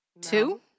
Two